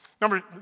Number